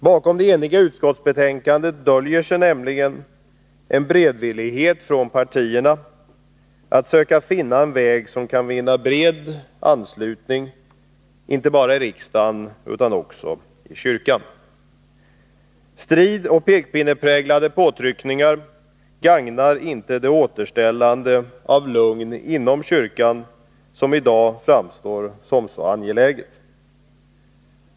Bakom det eniga utskottsbetänkandet döljer sig nämligen en beredvillighet från partierna att söka finna en väg som kan vinna bred anslutning inte bara i riksdagen utan också i kyrkan. Strid och pekpinnepräglade påtryckningar gagnar inte det återställande av lugn inom kyrkan som i dag framstår som så angeläget.